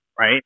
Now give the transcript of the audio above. right